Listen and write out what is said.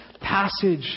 passage